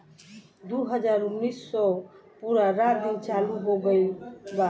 दु हाजार उन्नीस से पूरा रात दिन चालू हो गइल बा